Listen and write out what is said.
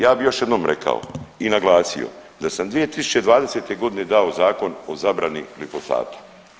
Ja bi još jednom rekao i naglasio da sam 2020.g. dao Zakon o zabrani glifosata.